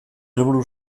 helburu